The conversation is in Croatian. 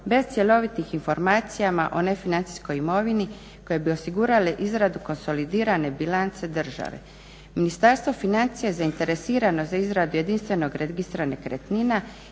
bez cjelovitih informacija o nefinancijskoj imovini koji bi osigurali izradu konsolidirane bilance države. Ministarstvo financija zainteresirano je za izradu jedinstvenog Registra nekretnina